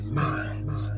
minds